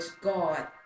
God